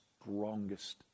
strongest